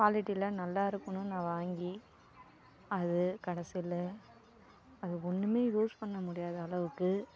குவாலிட்டிலாம் நல்லாயிருக்குனு நான் வாங்கி அது கடைசியில் அது ஒன்றுமே யூஸ் பண்ண முடியாத அளவுக்கு